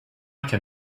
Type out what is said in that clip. can